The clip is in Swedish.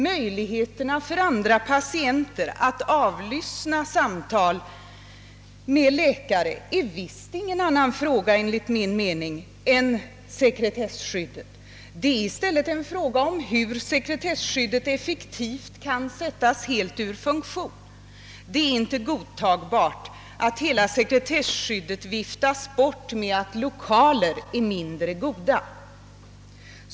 Möjligheterna för andra patienter att avlyssna samtal med läkare är enligt min mening visst ingen annan fråga än sekretesskyddet. Det är i stället en fråga om hur sekretessskyddet effektivt kan sättas helt ur funktion. Det är inte godtagbart att hela sekretesskyddet viftas bort med förklaringen att lokalerna är mindre goda.